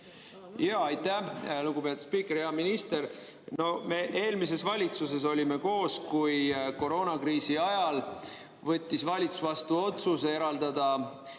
Aitäh, lugupeetud spiiker! Hea minister! No me eelmises valitsuses olime koos, kui koroonakriisi ajal võttis valitsus vastu otsuse eraldada